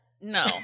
No